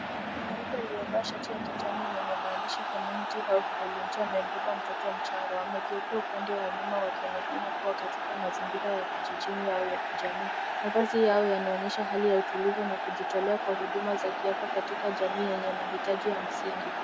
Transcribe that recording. Mwanamke aliyevaa shati ya kijani lenye maandishi community health volunteer amembeba mtoto mchanga, amegeukia upande wa nyuma wakionekana kuwa katika mazingira ya kijijini au ya kijamii. Mavazi yao yanaonyesha hali ya utulivu na kujitolea kwa huduma za kiapa katika jamii yenye mahitaji ya msingi.